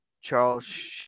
Charles